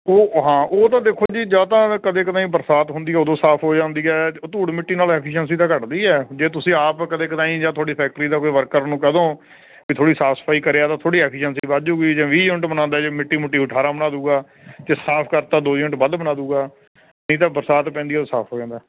ਉਹ ਹਾਂ ਉਹ ਤਾਂ ਦੇਖੋ ਜੀ ਜਾਂ ਤਾਂ ਕਦੇ ਕਦਾਈਂ ਬਰਸਾਤ ਹੁੰਦੀ ਹੈ ਓਦੋਂ ਸਾਫ਼ ਹੋ ਜਾਂਦੀ ਹੈ ਧੂੜ ਮਿੱਟੀ ਨਾਲ ਐਫੀਸ਼ੈਂਸੀ ਤਾਂ ਘੱਟਦੀ ਹੈ ਜੇ ਤੁਸੀਂ ਆਪ ਕਦੇ ਕਦਾਈਂ ਜਾਂ ਤੁਹਾਡੀ ਫੈਕਟਰੀ ਦਾ ਕੋਈ ਵਰਕਰ ਨੂੰ ਕਹਿ ਦਿਓ ਵੀ ਥੋੜ੍ਹੀ ਸਾਫ਼ ਸਫ਼ਾਈ ਕਰਿਆ ਤਾਂ ਥੋੜ੍ਹੀ ਐਫੀਸ਼ੈਂਸੀ ਵੱਧ ਜੂਗੀ ਜੇ ਵੀਹ ਯੂਨਿਟ ਬਣਾਉਂਦਾ ਜੇ ਮਿੱਟੀ ਮੁੱਟੀ ਤਾਂ ਅਠਾਰਾਂ ਬਣਾ ਦੂਗਾ ਜੇ ਸਾਫ਼ ਕਰ 'ਤਾ ਦੋ ਯੂਨਿਟ ਵੱਧ ਬਣਾ ਦੂਗਾ ਨਹੀਂ ਤਾਂ ਬਰਸਾਤ ਪੈਂਦੀ ਹੈ ਉਹ ਸਾਫ਼ ਹੋ ਜਾਂਦਾ